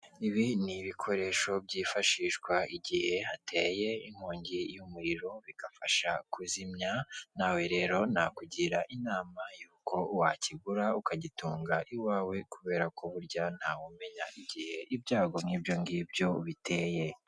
Ibi ni ibikoresho byifashishwa igihe hateye inkongi y'umuriro bigafasha kuzimya nawe rero nakugira inama y'uko wakigura ukagitunga iwawe kubera ko burya nta wumenya igihe ibyago nk'ibyo ngibyo biteye.